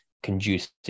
conducive